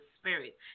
spirit